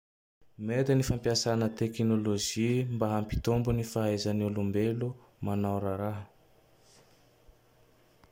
Mety ny fampiasana tekinôlozy mba hampitombo ny fahaizan'ny olombelo manao raraha.